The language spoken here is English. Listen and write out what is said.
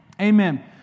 Amen